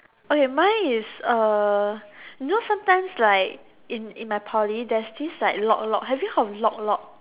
okay mine is uh you know sometimes like in in my Poly there's this like lok-lok have you heard of lok-lok